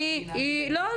היא לא הייתה באה.